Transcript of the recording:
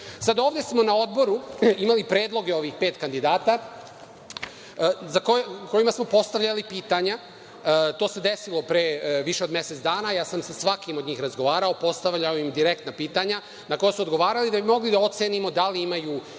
zemlje. Ovde smo na Odboru imali predloge ovih pet kandidata kojima smo postavljali pitanja. To se desilo pre više od mesec dana, ja sam sa svakim od njih razgovarao, postavljao im direktna pitanja na koja su odgovarali, da bi mogli da ocenimo da li imaju